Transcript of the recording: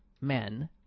men